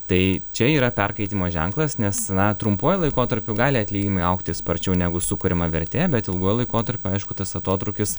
tai čia yra perkaitimo ženklas nes na trumpuoju laikotarpiu gali atlyginimai augti sparčiau negu sukuriama vertė bet ilguoju laikotarpiu aišku tas atotrūkis